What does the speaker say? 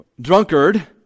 drunkard